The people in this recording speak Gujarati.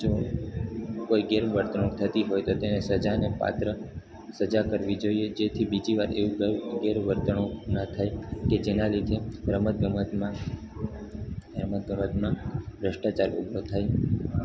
જો કોઈ ગેરવર્તણૂક થતી હોય તો તેને સજાને પાત્ર સજા કરવી જોઈએ જેથી બીજી વાર એવી કોઈ ગેરવર્તણૂક ના થાય કે જેના લીધે રમતગમતમાં રમતગમતમાં ભ્રષ્ટાચાર ઊભો ન થાય